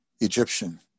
Egyptian